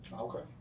Okay